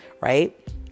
right